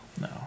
No